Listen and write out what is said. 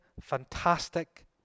fantastic